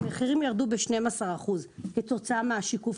המחירים ירדו ב-12 אחוזים כתוצאה מהשיקוף